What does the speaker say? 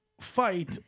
fight